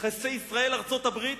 יחסי ישראל ארצות-הברית?